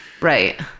right